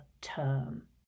term